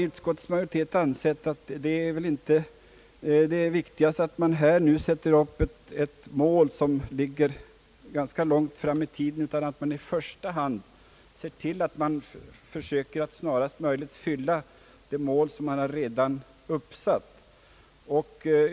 Utskottsmajoriteten har ansett att det viktigaste inte är att här sätta upp ett mål långt fram i tiden, utan man bör försöka i första hand nå det mål som redan är uppsatt.